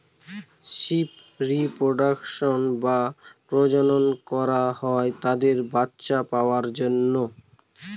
sheep reproduction বা প্রজনন করা হয় তাদের বাচ্চা পাওয়ার জন্য